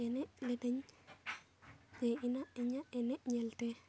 ᱮᱱᱮᱡ ᱞᱤᱫᱟᱹᱧ ᱡᱮ ᱤᱧᱟᱹᱜ ᱮᱱᱮᱡ ᱧᱮᱞᱛᱮ